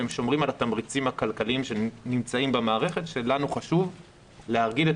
והם שומרים על התמריצים הכלכליים שנמצאים במערכת שלנו חשוב להרגיל את